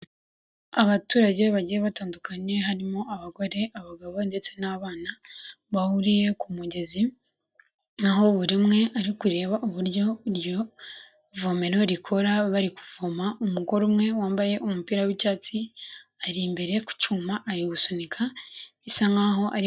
Abaturage bagiye batandukanye harimo abagore, abagabo ndetse n'abana, bahuriye ku mugezi, na ho buri umwe ari kureba uburyo iryo vomero rikora, bari kuvoma, umugore umwe wambaye umupira w'icyatsi, ari imbere ku cyuma, ari gusunika bisa nkaho ari.